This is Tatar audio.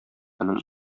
моның